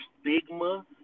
stigma